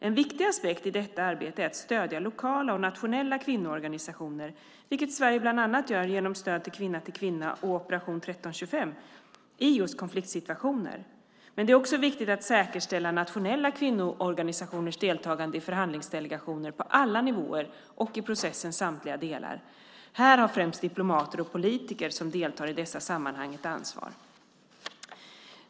En viktig aspekt i detta arbete är att stödja lokala och nationella kvinnoorganisationer, vilket Sverige bland annat gör genom stöd till Kvinna till Kvinna och Operation 1325, i just konfliktsituationer. Men det är också viktigt att säkerställa nationella kvinnoorganisationers deltagande i förhandlingsdelegationer på alla nivåer och i processens samtliga delar. Här har främst diplomater och politiker som deltar i dessa sammanhang ett ansvar.